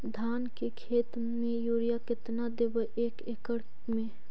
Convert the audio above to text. धान के खेत में युरिया केतना देबै एक एकड़ में?